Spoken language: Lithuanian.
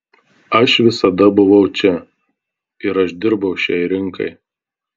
aš visada buvau čia ir aš dirbau šiai rinkai